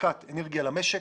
הספקת אנרגיה למשק.